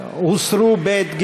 הוסרו (ב), (ג)